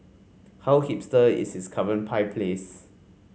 how hipster is his current pie place